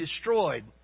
destroyed